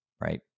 right